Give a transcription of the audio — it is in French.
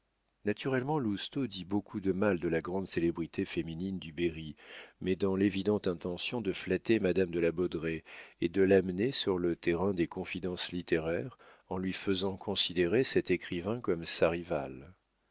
naturellement lousteau dit beaucoup de mal de la grande célébrité féminine du berry mais dans l'évidente intention de flatter madame de la baudraye et de l'amener sur le terrain des confidences littéraires en lui faisant considérer cet écrivain comme sa rivale